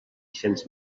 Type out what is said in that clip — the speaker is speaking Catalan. cents